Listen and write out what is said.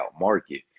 market